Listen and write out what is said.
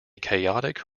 chaotic